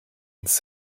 ins